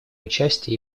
участие